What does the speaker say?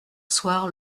soir